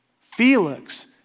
Felix